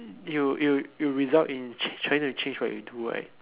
you you you result in trying to change what you do right